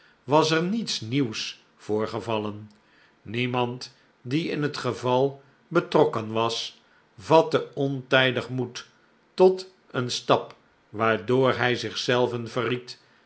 was er niets nieuws voorgevallen niemand die in het geval betrokken was vatte ontijdig moed tot een stap waardoor hij zich zelven